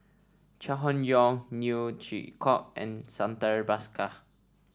Chai Hon Yoong Neo Chwee Kok and Santha Bhaskar